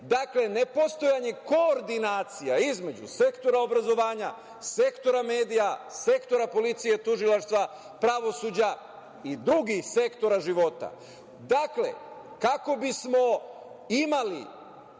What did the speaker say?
je nepostojanje koordinacija između sektora obrazovanja, sektora medija, sektora policije, tužilaštva, pravosuđa i drugih sektora života. Dakle, kako bismo imali